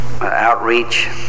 outreach